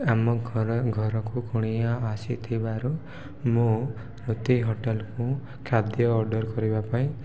ଆମ ଘର ଘରକୁ କୁଣିଆ ଆସିଥିବାରୁ ମୁଁ ତୃପ୍ତି ହୋଟେଲ୍କୁ ଖାଦ୍ୟ ଅର୍ଡ଼ର କରିବା ପାଇଁ